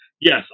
Yes